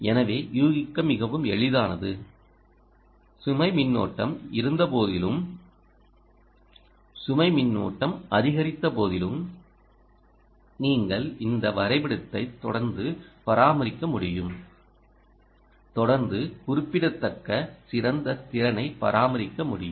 எனவே யூகிக்க மிகவும் எளிதானது சுமை மின்னோட்டம் இருந்தபோதிலும் சுமை மின்னோட்டம் அதிகரித்த போதிலும் நீங்கள் இந்த வரைபடத்தை தொடர்ந்து பராமரிக்க முடியும் தொடர்ந்து குறிப்பிடத்தக்க சிறந்த திறனை பராமரிக்க முடியும்